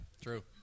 true